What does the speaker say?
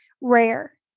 rare